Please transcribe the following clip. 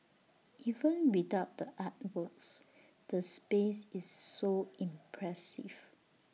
even without the artworks the space is so impressive